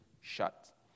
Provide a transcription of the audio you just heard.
shut